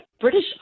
British